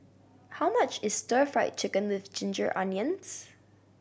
how much is Stir Fried Chicken With Ginger Onions